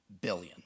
billion